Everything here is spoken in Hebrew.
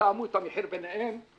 יתאמו את המחיר ביניהם,